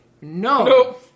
No